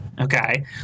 okay